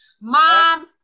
mom